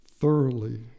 thoroughly